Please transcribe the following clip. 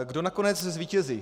Kdo nakonec zvítězí?